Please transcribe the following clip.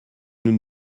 nous